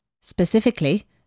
Specifically